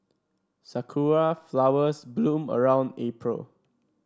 sakura flowers bloom around April